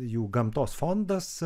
jų gamtos fondas